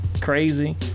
crazy